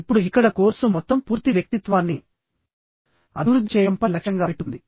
ఇప్పుడు ఇక్కడ కోర్సు మొత్తం పూర్తి వ్యక్తిత్వాన్ని అభివృద్ధి చేయడం పై లక్ష్యంగా పెట్టుకుంది